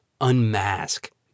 unmask